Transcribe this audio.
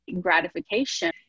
gratification